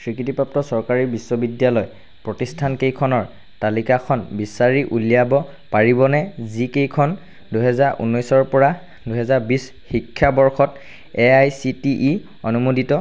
স্বীকৃতিপ্ৰাপ্ত চৰকাৰী বিশ্ববিদ্যালয় প্ৰতিষ্ঠানকেইখনৰ তালিকাখন বিচাৰি উলিয়াব পাৰিবনে যিকেইখন দুহেজাৰ ঊনৈছৰ পৰা দুহেজাৰ বিছ শিক্ষাবৰ্ষত A' I C T E অনুমোদিত